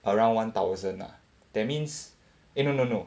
around one thousand lah that means eh no no no